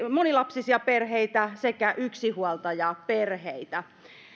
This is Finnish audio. monilapsisia perheitä sekä yksinhuoltajaperheitä